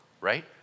right